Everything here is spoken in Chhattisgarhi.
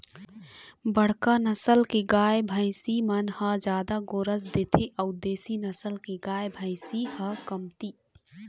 बड़का नसल के गाय, भइसी मन ह जादा गोरस देथे अउ देसी नसल के गाय, भइसी ह कमती